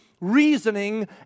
reasoning